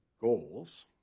goals